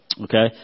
okay